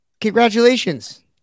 Congratulations